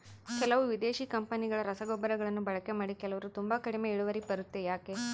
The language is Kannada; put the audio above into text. ಕೆಲವು ವಿದೇಶಿ ಕಂಪನಿಗಳ ರಸಗೊಬ್ಬರಗಳನ್ನು ಬಳಕೆ ಮಾಡಿ ಕೆಲವರು ತುಂಬಾ ಕಡಿಮೆ ಇಳುವರಿ ಬರುತ್ತೆ ಯಾಕೆ?